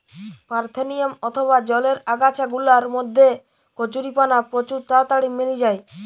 parthenium অথবা জলের আগাছা গুলার মধ্যে কচুরিপানা প্রচুর তাড়াতাড়ি মেলি যায়